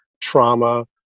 trauma